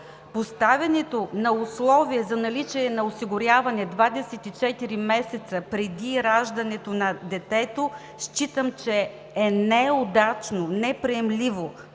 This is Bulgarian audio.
Поставянето на условие за наличие на осигуряване 24 месеца преди раждането на детето, считам, че е неудачно, неприемливо.